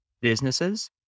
businesses